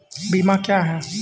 बीमा क्या हैं?